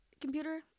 computer